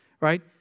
Right